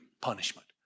punishment